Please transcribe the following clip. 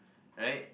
right